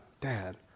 Dad